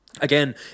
again